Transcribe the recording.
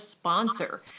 sponsor